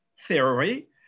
theory